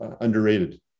underrated